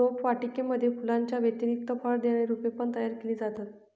रोपवाटिकेमध्ये फुलांच्या व्यतिरिक्त फळ देणारी रोपे पण तयार केली जातात